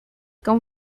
con